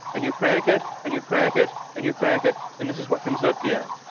and you crank it and you crank it and you crank it. and this is what comes out at the end.